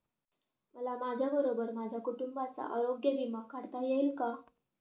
मला माझ्याबरोबर माझ्या कुटुंबाचा आरोग्य विमा काढता येईल का?